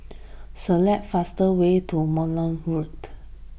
select fast way to Narooma Road